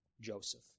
Joseph